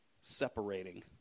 separating